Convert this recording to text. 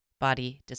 body